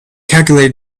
calculator